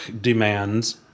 demands